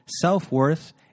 self-worth